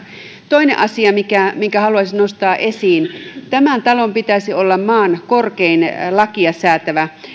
toinen asia minkä haluaisin nostaa esiin tämän talon pitäisi olla maan korkein lakia säätävä